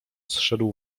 zszedł